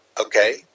okay